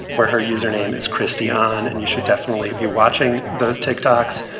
where her username is christianne. and you should definitely be watching those tech talks,